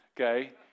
okay